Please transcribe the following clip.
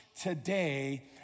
today